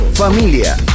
Familia